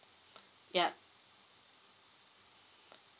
yup